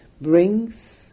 brings